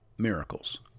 Miracles